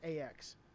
ax